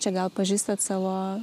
čia gal pažįstat savo